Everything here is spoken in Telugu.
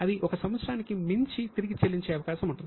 అవి 1 సంవత్సరానికి మించి తిరిగి చెల్లించే అవకాశం ఉంటుంది